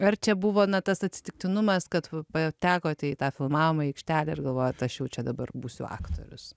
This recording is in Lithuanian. ar čia buvo na tas atsitiktinumas kad patekot į tą filmavimo aikštelę ir galvojat aš jau čia dabar būsiu aktorius